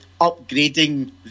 upgrading